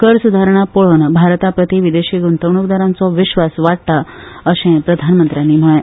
कर सुदारणा पळोवन भारताप्रती विदेशी गुंतवणूकदाराचो विस्वास वाडटा अशेंय प्रधानमंत्र्यांनी म्हळे